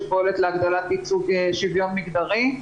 שפועלת להגדלת ייצוג שוויון מגדרי.